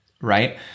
right